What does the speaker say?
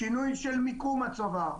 שינוי של מיקום הצובר.